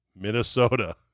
Minnesota